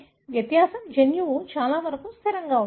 వ్యత్యాసం జన్యువు చాలా వరకు స్థిరంగా ఉంటుంది